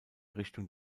richtung